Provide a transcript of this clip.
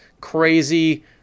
crazy